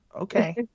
Okay